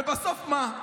ובסוף מה?